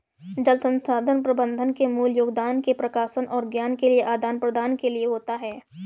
जल संसाधन प्रबंधन मूल योगदान के प्रकाशन और ज्ञान के आदान प्रदान के लिए होता है